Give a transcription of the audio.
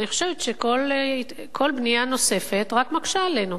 אני חושבת שכל בנייה נוספת רק מקשה עלינו.